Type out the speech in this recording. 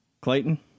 Clayton